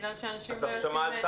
בגלל שאנשים לא יוצאים לטיולים בחו"ל.